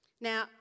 Now